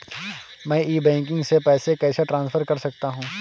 मैं e banking से पैसे कैसे ट्रांसफर कर सकता हूं?